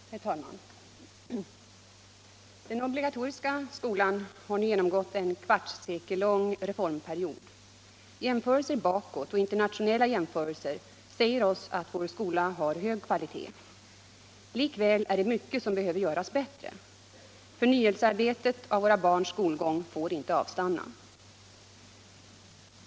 Herr talman! Den svenska obligatoriska skolan har nu genomgått en kvartssekellång reformperiod. Jämförelser bakåt och internationella jämförelser säger oss att vår skola har hög kvalitet. Likväl är det mycket som behöver göras bättre. Arbetet med förnyelsen av våra barns skolgång får inte avstanna.